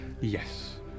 Yes